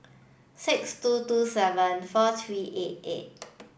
six two two seven four three eight eight